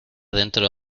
dentro